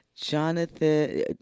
Jonathan